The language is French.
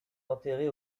enterré